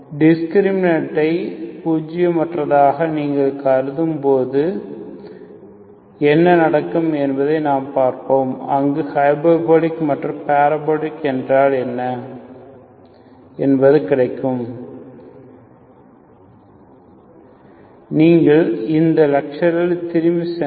டிஸ்கிரிமினாண்டை பூஜியமற்றதாக நீங்கள் கருதும்போது என்ன நடக்கும் என்பதை நாம் பார்ப்போம் அங்கு ஹைபர்போலிக் மற்றும் பாரபோலிக் என்பதன் பொருள் என்ன